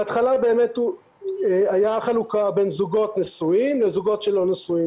בהתחלה הייתה חלוקה בין זוגות נשואים לזוגות שלא נשואים